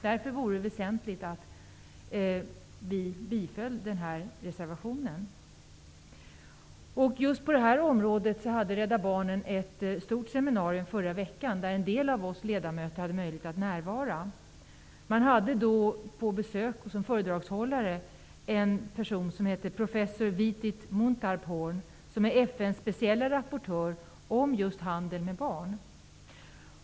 Därför vore det väsentligt att vi biföll reservationen. Just på det här området hade Rädda barnen i förra veckan ett stort seminarium där en del av oss ledamöter hade möjlighet att närvara. Man hade då som föredragshållare professor Vitit Muntarbhorn, som är FN:s specielle rapportör om just handeln med barn.